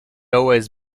always